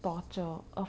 torture